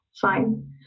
Fine